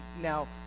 now